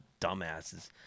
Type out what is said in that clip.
dumbasses